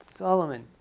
Solomon